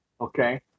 Okay